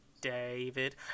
David